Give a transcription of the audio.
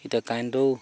এতিয়া কাৰেণ্টোও